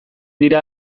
dira